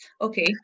okay